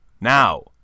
Now